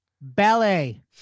Ballet